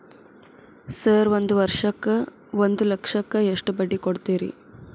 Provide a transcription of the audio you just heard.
Sir ಒಂದು ವರ್ಷಕ್ಕ ಒಂದು ಲಕ್ಷಕ್ಕ ಎಷ್ಟು ಬಡ್ಡಿ ಕೊಡ್ತೇರಿ?